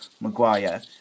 Maguire